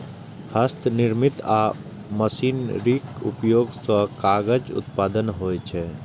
हस्तनिर्मित आ मशीनरीक उपयोग सं कागजक उत्पादन होइ छै